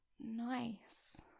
nice